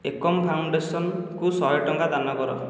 ଏକମ୍ ଫାଉଣ୍ଡେସନ୍କୁ ଶହେ ଟଙ୍କା ଦାନ କର